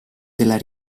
della